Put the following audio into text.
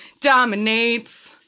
dominates